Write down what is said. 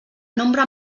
nombre